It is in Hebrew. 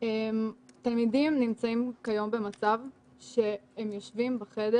תלמידים נמצאים כיום במצב שהם יושבים בחדר